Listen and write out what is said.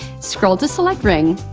scroll to select ring,